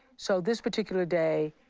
so this particular day,